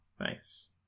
Nice